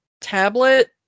tablet